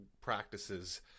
practices